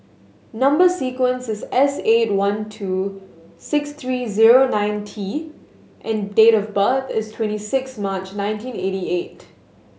number sequence is S eight one two six three zero nine T and date of birth is twenty six March nineteen eighty eight